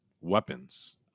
Weapons